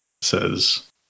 says